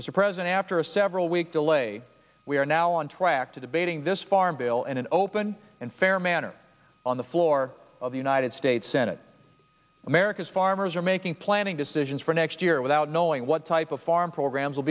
mr president after a several week delay we are now on track to debating this farm bill in an open and fair manner on the floor of the united states senate america's farmers are making planning decisions for next year without knowing what type of farm programs will